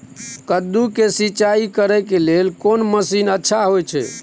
कद्दू के सिंचाई करे के लेल कोन मसीन अच्छा होय छै?